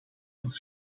een